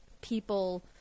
people